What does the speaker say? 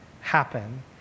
happen